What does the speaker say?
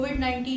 COVID-19